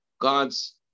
God's